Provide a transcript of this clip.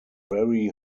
very